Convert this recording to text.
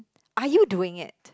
are you doing it